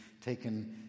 taken